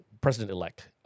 President-elect